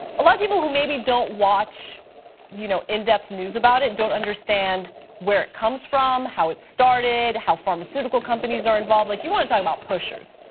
letter people who maybe don't watch you know in-depth news about it don't understand where it comes from, how it started, how pharmaceutical companies are involved, like you want to talk about pushers?